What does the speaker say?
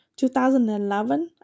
2011